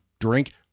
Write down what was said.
Drink